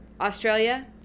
Australia